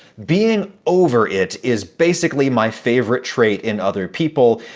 being over it is basically my favorite trait in other people,